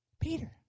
Peter